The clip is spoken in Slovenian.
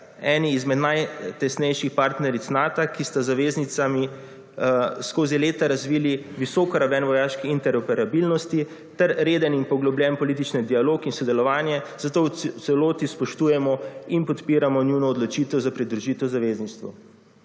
eni izmed najtesnejših partneric Nata, ki sta zaveznicami skozi leta razvili visoko raven vojaške interoperabilnosti ter reden in poglobljen politični dialog in sodelovanje, 81. TRAK: (SC) – 16.10 (nadaljevanje) zato v celoti spoštujemo in podpiramo njuno odločitev za pridružitev zavezništvu.